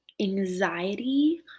anxiety